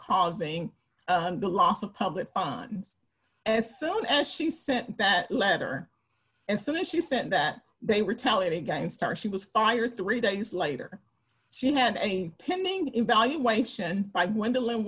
causing the loss of public funds as soon as she sent that letter and soon as she said that they retaliated against our she was fired three days later she had a pending evaluation